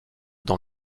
dans